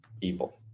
evil